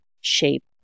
shape